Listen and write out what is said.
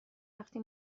وقتی